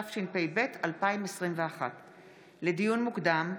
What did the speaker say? התשפ"ב 2021. לדיון מוקדם,